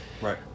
Right